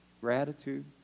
Gratitude